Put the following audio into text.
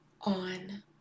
On